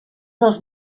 dels